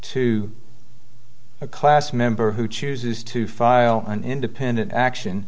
to a class member who chooses to file an independent action